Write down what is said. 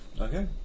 okay